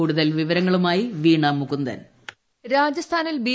കൂടുതൽ വിവരങ്ങളുമായി വീണ മുകുന്ദൻ വോയിസ്ക് രാജസ്ഥാനിൽ ബി